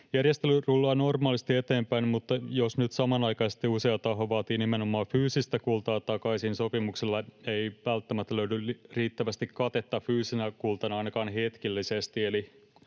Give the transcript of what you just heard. Järjestely rullaa normaalisti eteenpäin, mutta jos nyt samanaikaisesti usea taho vaatii nimenomaan fyysistä kultaa takaisin, sopimuksille ei välttämättä löydy riittävästi katetta fyysisenä kultana ainakaan hetkellisesti,